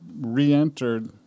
re-entered